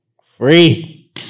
Free